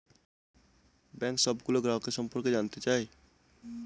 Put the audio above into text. bank সবগুলো গ্রাহকের সম্পর্কে জানতে চায়